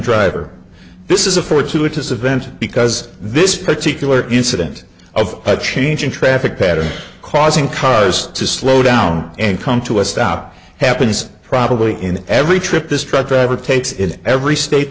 driver this is a four two which is a vent because this particular incident of a change in traffic patterns causing cars to slow down and come to a stop happens probably in every trip this truck driver takes in every state